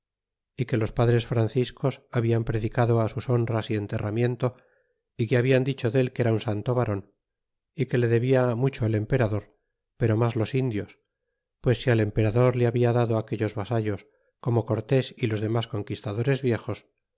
é que los padres franciscos habian predicado sus honras y enterramiento y que hablan dicho del que era un santo varon y que le debia mucho el emperador pero mas los indios pues si al emperador le habia dado aquellos vasallos como cortés y los demas conquistadores viejos